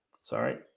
sorry